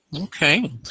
okay